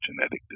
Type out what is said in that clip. genetic